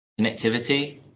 connectivity